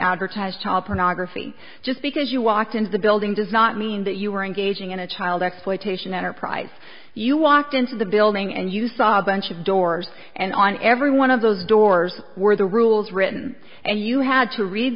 advertise child pornography just because you walked into the building does not mean that you are engaging in a child exploitation enterprise you walked into the building and you saw a bunch of doors and on every one of those doors were the rules written and you had to read